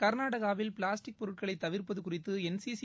கா்நாடகாவில் plastic பொருட்களை தவிாப்பது குறித்து என்சிசி